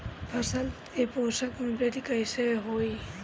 फसल के पोषक में वृद्धि कइसे होई?